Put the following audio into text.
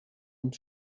und